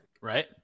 Right